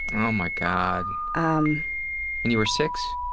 oh my god. um and you were six?